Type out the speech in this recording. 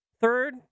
Third